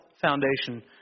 foundation